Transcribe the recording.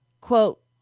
quote